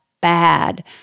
bad